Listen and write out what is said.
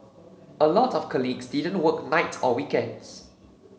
a lot of colleagues didn't work nights or weekends